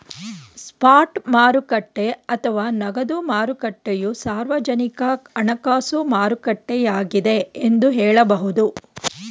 spot ಮಾರುಕಟ್ಟೆ ಅಥವಾ ನಗದು ಮಾರುಕಟ್ಟೆಯು ಸಾರ್ವಜನಿಕ ಹಣಕಾಸು ಮಾರುಕಟ್ಟೆಯಾಗಿದ್ದೆ ಎಂದು ಹೇಳಬಹುದು